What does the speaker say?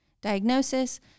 diagnosis